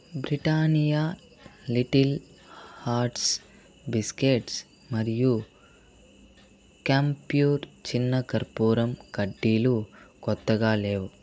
Britannia little hearts biscuits మరియు camphor చిన్న కర్పూరం కడ్డీలు క్రొత్తగా లేవు